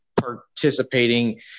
participating